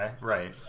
right